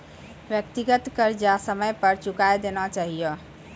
व्यक्तिगत कर्जा समय पर चुकाय देना चहियो